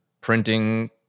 printing